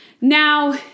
Now